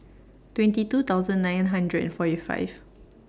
twenty two thousand nine hundred and forty five